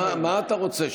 מה אתה רוצה,